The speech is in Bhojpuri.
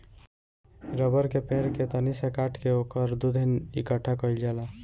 रबड़ के पेड़ के तनी सा काट के ओकर दूध इकट्ठा कइल जाला